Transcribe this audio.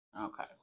Okay